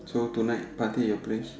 so tonight party at your place